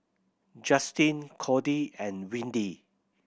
Justin Cordie and Windy